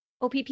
OPP